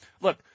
Look